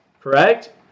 Correct